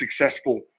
successful